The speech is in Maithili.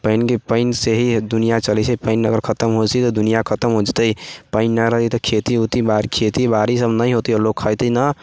पानिके पानिसँ ही दुनिया चलै छै पानि अगर खतम हो जेतै तऽ दुनिया खतम हो जेतै पानि न रहै तऽ खेती वेती खेती बाड़ी सभ नहि हौतय आओर लोग खेतैय न